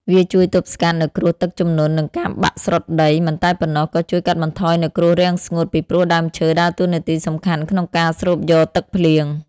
វាជួយទប់ស្កាត់នៅគ្រោះទឹកជំនន់និងការបាក់ស្រុតដី មិនតែប៉ុណ្ណោះក៏ជួយកាត់បន្ថយនៅគ្រោះរាំងស្ងួតពីព្រោះដើមឈើដើរតួនាទីសំខាន់ក្នុងការស្រូបយកទឹកភ្លៀង។